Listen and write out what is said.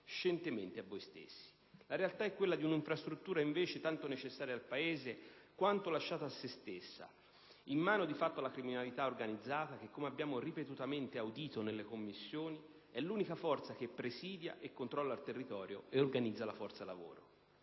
scientemente a voi stessi. La realtà invece è quella di un'infrastruttura tanto necessaria al Paese quanto lasciata a se stessa, in mano - di fatto - alla criminalità organizzata, che - come abbiamo ripetutamente audito nelle Commissioni - è l'unica forza che presidia e controlla il territorio e organizza la forza lavoro.